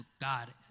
God